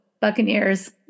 Buccaneers